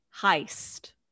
Heist